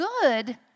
good